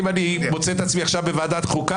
האם אני מוצא את עצמי עכשיו בוועדת החוקה